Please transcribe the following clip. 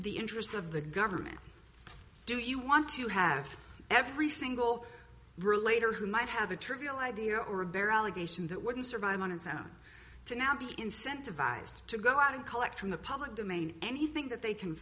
the interests of the government do you want to have every single relator who might have a trivial idea or a bare allegation that wouldn't survive on its own to now be incentivized to go out and collect from the public domain anything that they can